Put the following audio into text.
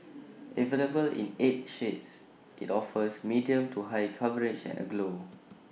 available in eight shades IT offers medium to high coverage and A glow